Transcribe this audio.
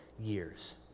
years